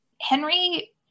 Henry